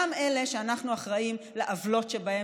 גם אלה שאנחנו אחראים לעוולות שבהם,